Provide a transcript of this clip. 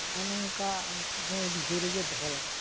ᱱᱚᱜᱼᱚ ᱱᱚᱝᱠᱟ ᱩᱱᱠᱩ ᱦᱚᱸ ᱡᱩᱫᱟᱹ ᱨᱮᱜᱮ ᱫᱚᱦᱚ ᱞᱟᱜᱟᱜᱼᱟ